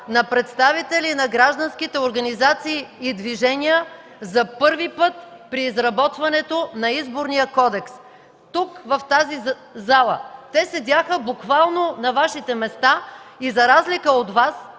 на представители на гражданските организации и движения при изработването на Изборния кодекс. (Реплики от ГЕРБ.) Тук в тази зала те седяха буквално на Вашите места и за разлика от Вас